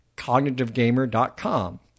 cognitivegamer.com